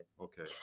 Okay